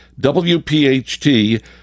WPHT